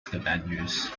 scavengers